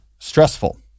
stressful